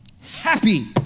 Happy